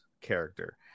character